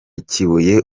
kibuye